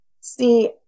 See